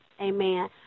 amen